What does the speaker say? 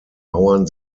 mauern